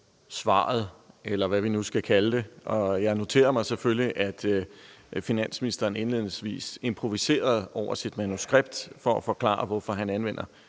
svaret, eller hvad vi nu skal kalde det. Jeg noterer mig selvfølgelig, at finansministeren indledningsvis improviserede over sit manuskript for at forklare, hvorfor han anvender